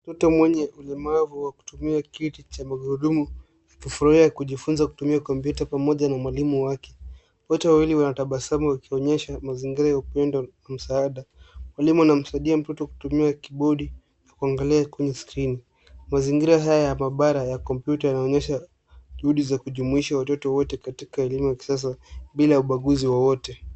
Mtoto mwenye ulemavu wakutumia kiti cha magurudumu akifurahia kujifunza kutumia kompyuta pamoja na mwalimu wake. Wote wawili wanatabasamu wakionyesha mazingira ya upendo na msaada. Mwalimu anamsaidia mtoto kutumia kibodi na kuangalia kwenye skrini. Mazingira haya ya maabara ya kompyuta yanaonyesha juhudi za kujumuisha watoto wote katika elimu ya kisasa bila ubaguzi wowote.